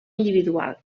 individual